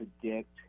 predict –